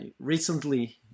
recently